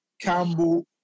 Campbell